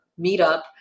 meetup